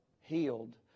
healed